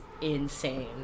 insane